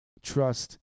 trust